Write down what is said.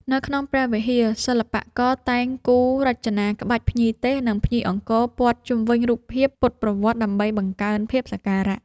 នៅក្នុងព្រះវិហារ សិល្បករតែងគូររចនាក្បាច់ភ្ញីទេស និងភ្ញីអង្គរព័ទ្ធជុំវិញរូបភាពពុទ្ធប្រវត្តិដើម្បីបង្កើនភាពសក្ការៈ។